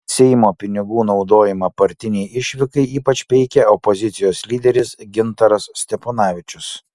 seimo pinigų naudojimą partinei išvykai ypač peikė opozicijos lyderis gintaras steponavičius